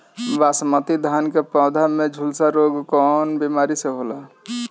बासमती धान क पौधा में झुलसा रोग कौन बिमारी से होला?